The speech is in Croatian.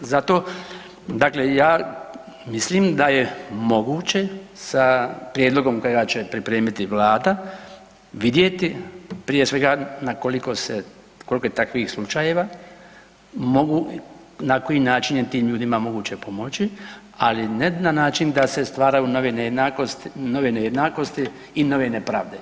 Zato, dakle ja mislim da je moguće sa prijedlogom kojega će pripremiti Vlada vidjeti prije svega na koliko se, koliko je takvih slučajeva mogu na koji način je tim ljudima moguće pomoći, ali ne na način da se stvaraju nove nejednakosti i nove nepravde.